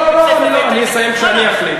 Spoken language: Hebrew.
אני אסיים כשאני אחליט.